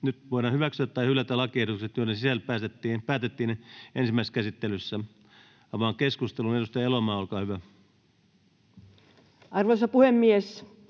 Nyt voidaan hyväksyä tai hylätä lakiehdotukset, joiden sisällöstä päätettiin ensimmäisessä käsittelyssä. — Avaan keskustelun. Edustaja Elomaa, olkaa hyvä. Arvoisa puhemies!